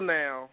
now